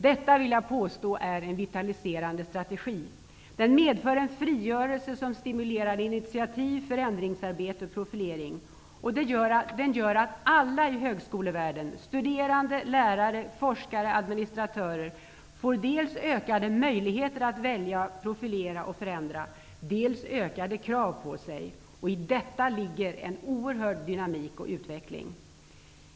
Det är en vitaliserande strategi. Den medför en frigörelse som stimulerar initiativ, förändringsarbete och profilering. Den gör att alla i högskolevärlden -- studerande, lärare, forskare, administratörer -- får dels ökade möjligheter att välja, profilera och förändra, dels ökade krav på sig. I detta ligger en oerhörd dynamik och utveckling.